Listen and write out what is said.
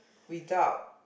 without